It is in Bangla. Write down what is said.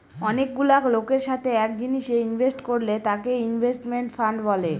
অনেকগুলা লোকের সাথে এক জিনিসে ইনভেস্ট করলে তাকে ইনভেস্টমেন্ট ফান্ড বলে